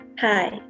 Hi